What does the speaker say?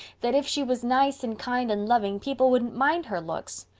that if she was nice and kind and loving people wouldn't mind her looks,